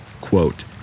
quote